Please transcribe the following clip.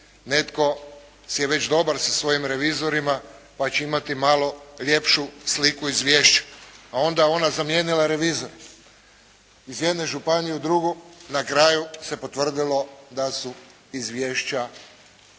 netko si je već dobar sa svojim revizorima pa će imati malo ljepšu sliku izvješća, a onda ona zamijenila revizore iz jedne županije u drugu. Na kraju se potvrdilo da su izvješća